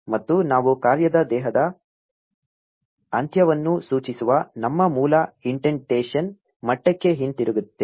ಮತ್ತು ನಾವು ಕಾರ್ಯ ದೇಹದ ಅಂತ್ಯವನ್ನು ಸೂಚಿಸುವ ನಮ್ಮ ಮೂಲ ಇಂಡೆಂಟೇಶನ್ ಮಟ್ಟಕ್ಕೆ ಹಿಂತಿರುಗುತ್ತೇವೆ